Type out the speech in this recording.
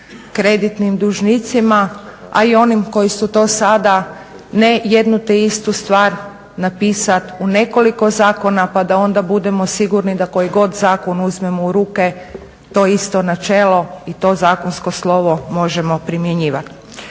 kreditnim dužnicima, a i onima koji su to sada ne jedno te istu stvar napisati u nekoliko zakona pa da onda budemo sigurni da koji god zakon uzmemo u ruke to isto načelo i to zakonsko slovo možemo primjenjivati.